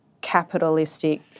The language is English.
capitalistic